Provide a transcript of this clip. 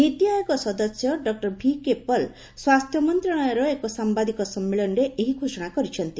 ନୀତି ଆୟୋଗ ସଦସ୍ୟ doctor V K Paul ସ୍ପାସ୍ଥ୍ୟ ମନ୍ତ୍ରଣାଳୟର ଏକ ସାମ୍ଘାଦିକ ସମ୍ମିଳନୀରେ ଏହି ଘୋଷଣା କରିଛନ୍ତି